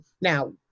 now